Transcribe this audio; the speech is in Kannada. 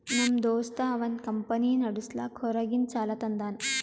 ನಮ್ ದೋಸ್ತ ಅವಂದ್ ಕಂಪನಿ ನಡುಸ್ಲಾಕ್ ಹೊರಗಿಂದ್ ಸಾಲಾ ತಂದಾನ್